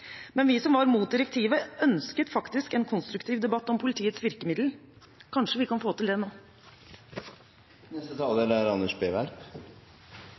Men vi som var imot direktivet, ønsket en konstruktiv debatt om politiets virkemidler. Kanskje vi kan få til det nå? Det er